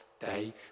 day